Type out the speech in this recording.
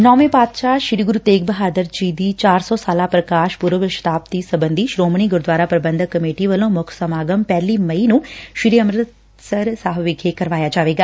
ਨੌਵੇਂ ਪਾਤਸ਼ਾਹ ਸ੍ਰੀ ਗੁਰੁ ਤੇਗ ਬਹਾਦਰ ਸਾਹਿਬ ਜੀ ਦੀ ਚਾਰ ਸੌ ਸਾਲਾ ਪ੍ਰਕਾਸ਼ ਪੁਰਬ ਸ਼ਤਾਬਦੀ ਸਬੰਧੀ ਸ੍ਰੋਮਣੀ ਗੁਰਦੁਆਰਾ ਪ੍ਰੰਬਧਕ ਕੰਮੇਟੀ ਵੱਲੋਂ ਮੁੱਖ ਸਮਾਗਮ ਪਹਿਲੀ ਮਈ ਨੂੰ ਸ੍ਰੀ ਅੰਮ੍ਤਿਸਰ ਵਿਖੇ ਕਰਵਾਇਆ ਜਾਵੇਗਾ